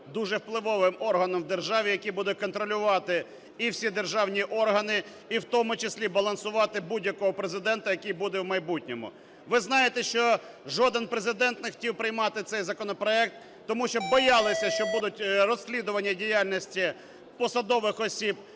дуже впливовим органом в державі, який буде контролювати і всі державні органи, і в тому числі балансувати будь-якого президента, який буде в майбутньому. Ви знаєте, що жоден президент не хотів приймати цей законопроект, тому що боялися, що будуть розслідування діяльності посадових осіб